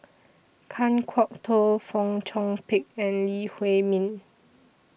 Kan Kwok Toh Fong Chong Pik and Lee Huei Min